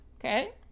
Okay